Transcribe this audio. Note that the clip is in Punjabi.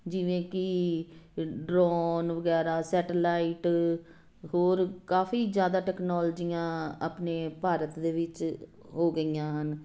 ਜਿਵੇਂ ਕਿ ਡਰੋਨ ਵੈਗਰਾ ਸੈਟਾਲਾਈਟ ਹੋਰ ਕਾਫ਼ੀ ਜ਼ਿਆਦਾ ਟਕਨੋਲਜੀਆਂ ਆਪਣੇ ਭਾਰਤ ਦੇ ਵਿੱਚ ਹੋ ਗਈਆਂ ਹਨ